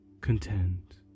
content